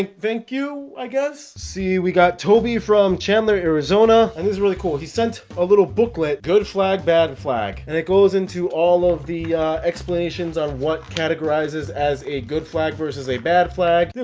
thank you. i guess see we got toby from chandler arizona and this is really cool. he sent a little booklet good flag bad flag and it goes into all of the explanations on what? categorizes as a good flag versus a bad flag.